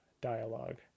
dialogue